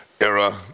era